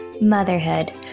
Motherhood